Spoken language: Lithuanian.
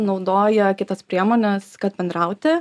naudoja kitas priemones kad bendrauti